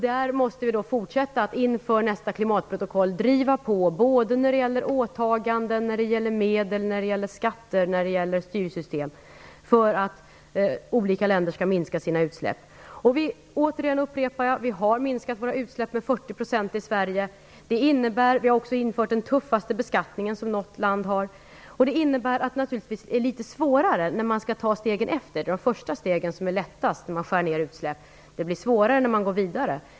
Där måste vi fortsätta att inför nästa klimatprotokoll driva på när det gäller åtaganden, medel, skatter och styrsystem för att olika länder skall minska sina utsläpp. Vi har minskat våra utsläpp med 40 % i Sverige. Vi har också den tuffaste beskattning som något land har. Det innebär att det naturligtvis blir litet svårare att ta ett nytt steg. Det första steget är lättast när man skall minska utsläppen. Det blir svårare när man vill gå vidare.